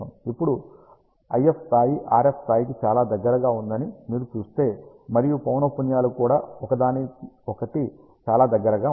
ఇప్పుడు IF స్థాయి RF స్థాయికి చాలా దగ్గరగా ఉందని మీరు చూస్తే మరియు పౌనఃపున్యాలు కూడా ఒకదానికొకటి చాలా దగ్గరగా ఉంటాయి